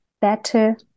better